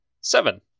Seven